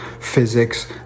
physics